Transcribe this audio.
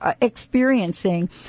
experiencing